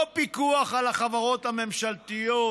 לא פיקוח על החברות הממשלתיות